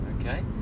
Okay